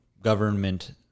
government